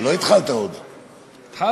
אדוני שר האוצר, הקשבה.